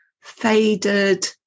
faded